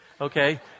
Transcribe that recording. okay